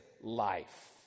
life